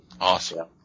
Awesome